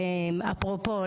אפרופו,